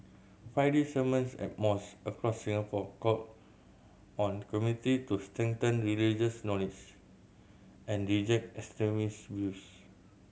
Friday sermons at mos across Singapore called on community to strengthen religious and reject extremist views